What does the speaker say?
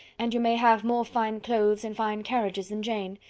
and you may have more fine clothes and fine carriages than jane.